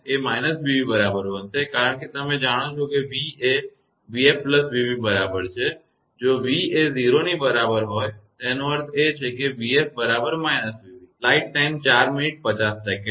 તેથી 𝑣𝑓 એ −𝑣𝑏 બરાબર બનશે કારણ કે તમે જાણો છો કે v એ 𝑣𝑓 𝑣𝑏 બરાબર છે જો v એ 0 ની બરાબર હોય તેનો અર્થ એ છે કે 𝑣𝑓 બરાબર −𝑣𝑏 છે